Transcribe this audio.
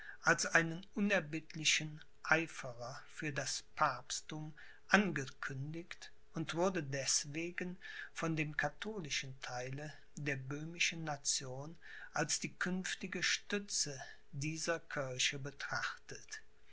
als einen unerbittlichen eiferer für das papstthum angekündigt und wurde deßwegen von dem katholischen theile der böhmischen nation als die künftige stütze dieser kirche betrachtet